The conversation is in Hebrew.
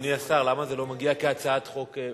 אדוני השר, למה זה לא מגיע כהצעת חוק ממשלתית?